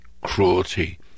cruelty